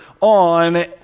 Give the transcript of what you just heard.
on